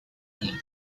and